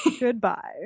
Goodbye